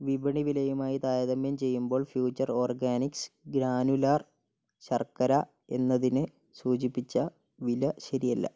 വിപണിവിലയുമായി താരതമ്യം ചെയ്യുമ്പോൾ future organics granular ശർക്കര എന്നതിന് സൂചിപ്പിച്ച വില ശരിയല്ല